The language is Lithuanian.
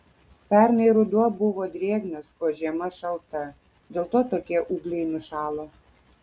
pernai ruduo buvo drėgnas o žiema šalta dėl to tokie ūgliai nušalo